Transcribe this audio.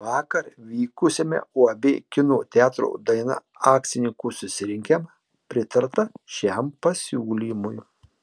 vakar vykusiame uab kino teatro daina akcininkų susirinkime pritarta šiam pasiūlymui